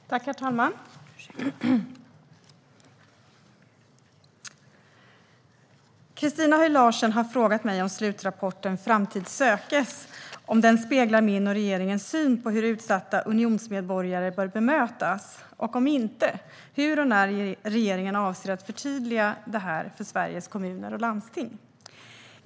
Herr talman! Christina Höj Larsen har frågat mig om slutrapporten Framtid sökes speglar min och regeringens syn på hur utsatta unionsmedborgare bör bemötas, och om inte, hur och när regeringen avser att förtydliga detta för Sveriges kommuner och landsting.